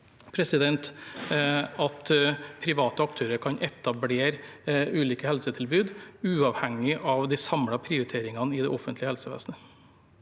at private aktører kan etablere ulike helsetilbud uavhengig av de samlede prioriteringene i det offentlige helsevesenet.